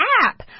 app